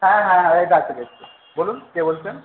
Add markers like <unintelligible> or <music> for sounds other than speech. হ্যাঁ হ্যাঁ হ্যাঁ এটা <unintelligible> বলুন কে বলছেন